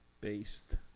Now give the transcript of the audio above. Based